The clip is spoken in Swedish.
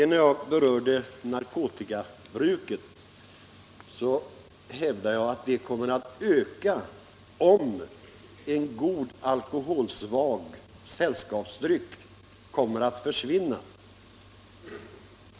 När jag berörde narkotikabruket hävdade jag att det kommer att öka om en god alkoholsvag sällskapsdryck försvinner.